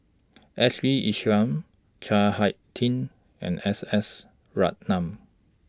Ashley Isham Chao High Tin and S S Ratnam